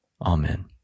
Amen